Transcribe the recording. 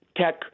tech